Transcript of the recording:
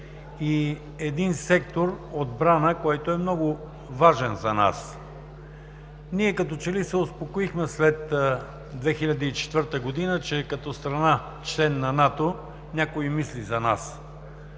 и един сектор – отбрана, който е много важен за нас. Ние като че ли се успокоихме след 2004 г., че като страна – член на НАТО, някой мисли за нас.